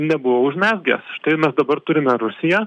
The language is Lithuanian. nebuvo užmezgę štai mes dabar turime rusiją